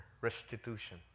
restitution